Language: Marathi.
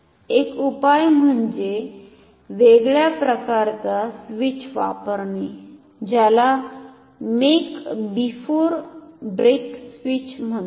एक उपाय म्हणजे वेगळ्या प्रकारचा स्विच वापरणे ज्याला मेक बिफोर ब्रेक स्विच असे म्हणतात